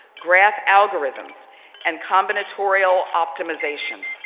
graph algorithms and combinatorial optimization.